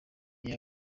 iya